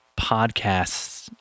podcasts